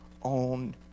on